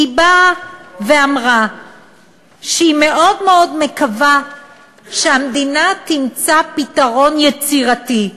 היא אמרה שהיא מאוד מאוד מקווה שהמדינה תמצא פתרון יצירתי.